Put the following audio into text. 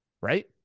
right